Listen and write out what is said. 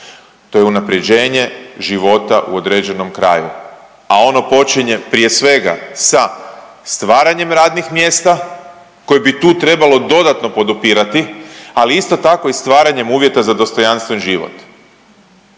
To je unaprjeđenje života u određenom kraju, a ono počinje prije svega sa stvaranjem radnih mjesta koju bi tu trebalo dodatno podupirati, ali isto tako i stvaranjem uvjeta za dostojanstveni život,